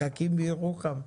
פקקים בירוחם,